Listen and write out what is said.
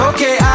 Okay